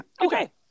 Okay